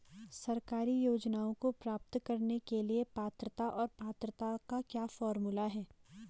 सरकारी योजनाओं को प्राप्त करने के लिए पात्रता और पात्रता का क्या फार्मूला है?